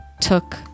took